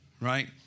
Right